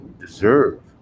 deserve